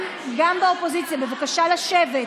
גם באופוזיציה, בבקשה לשבת.